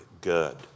good